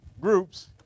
groups